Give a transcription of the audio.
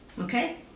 Okay